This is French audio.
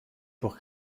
pour